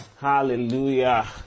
Hallelujah